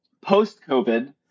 post-COVID